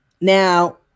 Now